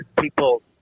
people